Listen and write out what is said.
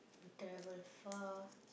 travel far